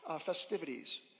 festivities